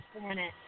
planet